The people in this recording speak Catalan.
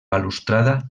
balustrada